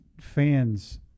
fans –